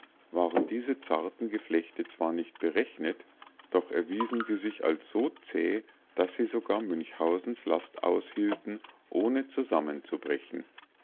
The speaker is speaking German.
waren diese zarten geflechte zwar nicht berechnet doch erwiesen sie sich als so zäh daß sie sogar münchhausens last aushielten ohne zusammenzubrechen